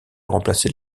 remplacer